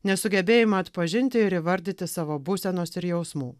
nesugebėjimą atpažinti ir įvardyti savo būsenos ir jausmų